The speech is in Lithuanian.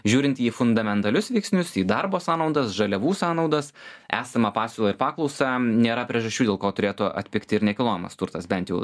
žiūrint į fundamentalius veiksnius į darbo sąnaudas žaliavų sąnaudas esamą pasiūlą ir paklausą nėra priežasčių dėl ko turėtų atpigti ir nekilnojamas turtas bent jau